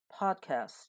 podcast